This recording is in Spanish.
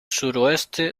suroeste